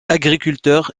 agriculteur